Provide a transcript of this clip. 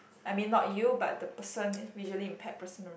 I mean not you but the person visually impaired personal